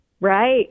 Right